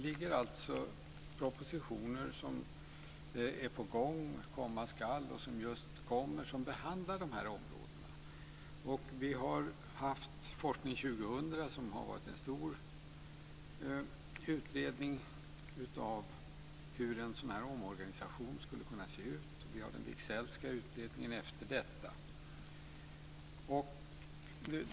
Vi har propositioner som är på gång, som komma skall och som just kommer, som behandlar de här områdena. Vi har Forskning 2000 som har varit en stor utredning av hur en sådan här omorganisation skulle kunna se ut, och vi har den Wigzellska utredningen efter detta.